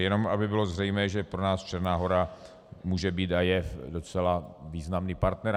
Jenom aby bylo zřejmé, že pro nás Černá Hora může být a je docela významný partner.